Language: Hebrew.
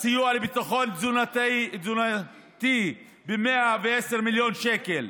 הסיוע לביטחון תזונתי ב-110 מיליון שקלים.